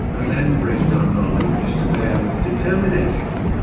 and then bring our knowledge to bear with determination.